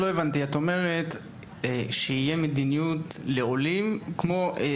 את מבקשת מדיניות כלפי סטודנטים עולים